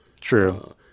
True